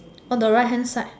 on the right hand side